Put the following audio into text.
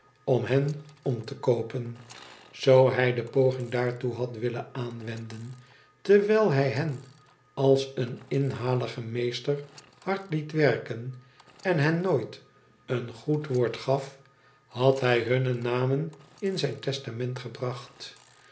om hen om te koopen zoo hij de poging daartoe had willen aanwenden terwijl hij hen als een inhalige meester hard liet werken en hen nooit een goed woord gaf had hij hunne namen in zijn testament gebracht